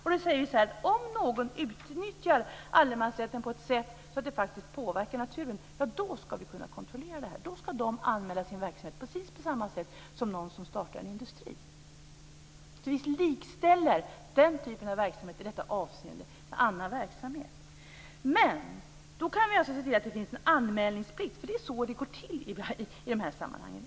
Vi säger att om någon utnyttjar allemansrätten på ett sådant sätt att det påverkar naturen ska vi kunna kontrollera det, och då ska de anmäla sin verksamhet precis på samma sätt som någon som startar en industri. Vi likställer den typen av verksamhet i detta avseende med annan verksamhet. Då kan vi alltså se till att det finns en anmälningsplikt. Det är så det går till i de här sammanhangen.